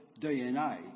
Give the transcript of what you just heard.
DNA